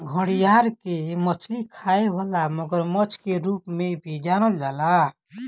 घड़ियाल के मछरी खाए वाला मगरमच्छ के रूप में भी जानल जाला